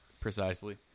Precisely